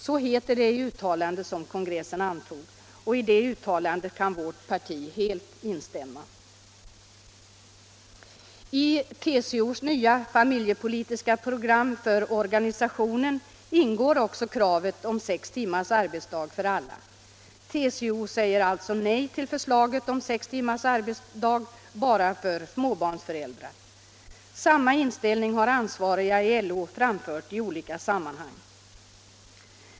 Så heter det i uttalandet som kongressen antog. I det uttalandet kan vårt parti helt instämma. I TCO:s nya familjepolitiska program ingår också kravet om sex timmars arbetsdag för alla. TCO säger alltså nej till förslaget om sex timmars arbetsdag bara för småbarnsföräldrar. Samma inställning har ansvariga i LO framfört i olika sammanhang.